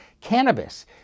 cannabis